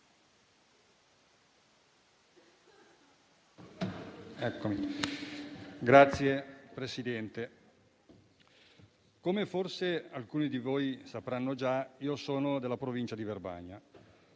Signor Presidente, come forse alcuni di voi sapranno già, provengo dalla provincia di Verbania,